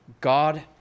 God